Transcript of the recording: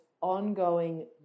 ongoing